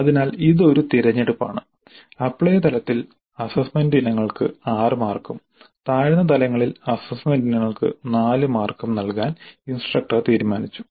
അതിനാൽ ഇത് ഒരു തിരഞ്ഞെടുപ്പാണ് അപ്ലൈ തലത്തിൽ അസ്സസ്സ്മെന്റ് ഇനങ്ങൾക്ക് 6 മാർക്കും താഴ്ന്ന തലങ്ങളിൽ അസ്സസ്സ്മെന്റ് ഇനങ്ങൾക്ക് 4 മാർക്കും നൽകാൻ ഇൻസ്ട്രക്ടർ തീരുമാനിച്ചു